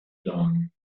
john